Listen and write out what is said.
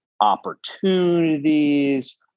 opportunities